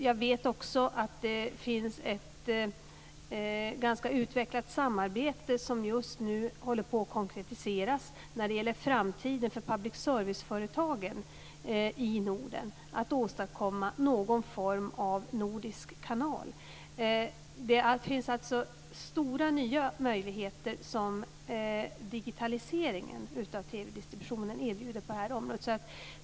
Jag vet dessutom att det finns ett ganska utvecklat samarbete som just nu håller på att konkretiseras när det gäller framtiden för public serviceföretagen i Norden. Det gäller att åstadkomma någon form av nordisk kanal. Det finns alltså stora nya möjligheter som digitaliseringen av TV-distributionen erbjuder på det här området.